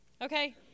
Okay